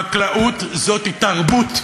חקלאות זאת תרבות,